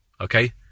Okay